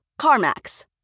CarMax